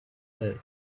hurt